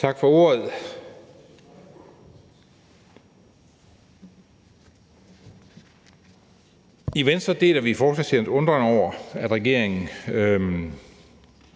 Tak for ordet. I Venstre deler vi forslagsstillernes undren over, at regeringen